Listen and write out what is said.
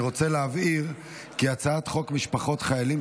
אני רוצה להבהיר כי הצעת חוק משפחות חיילים